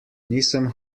nisem